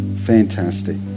Fantastic